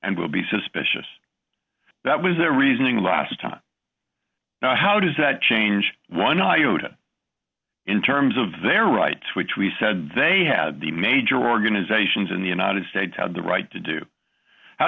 and we'll be suspicious that was their reasoning last time how does that change one iota in terms of their rights which we said they had the major organizations in the united states had the right to do how